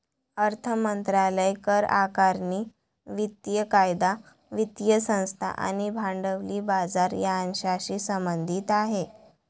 अर्थ मंत्रालय करआकारणी, वित्तीय कायदा, वित्तीय संस्था आणि भांडवली बाजार यांच्याशी संबंधित आहे